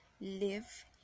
Live